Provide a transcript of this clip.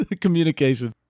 communication